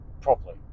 properly